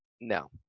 No